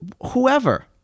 whoever